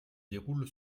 déroule